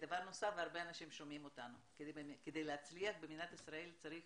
הרבה אנשים שומעים אותנו ואני אומרת שכדי להצליח במדינת ישראל צריך